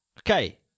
Okay